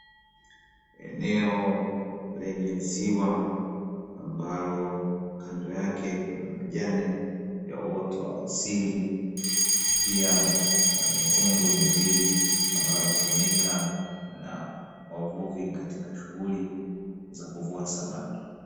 Eneo lenye ziwa ambalo kando yake kuna majani ya uoto wa asili pia kuna mitumbwi miwili ambayo hutumika na wavuvi katika shughuli za kuvua samaki.